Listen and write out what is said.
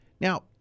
Now